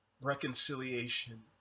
Reconciliation